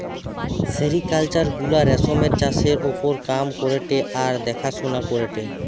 sericulture গুলা রেশমের চাষের ওপর কাম করেটে আর দেখাশোনা করেটে